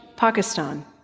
Pakistan